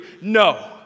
no